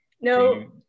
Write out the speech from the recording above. No